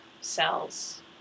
cells